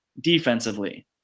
defensively